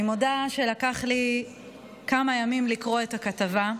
אני מודה שלקח לי כמה ימים לקרוא את הכתבה.